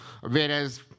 Whereas